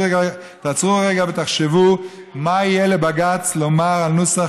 תעצרו רגע ותחשבו מה יהיה לבג"ץ לומר על נוסח